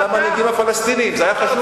למנהיגים הפלסטינים, זה היה חשוב מאוד.